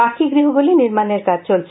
বাকি গৃহগুলি নির্মাণের কাজ চলছে